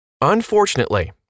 Unfortunately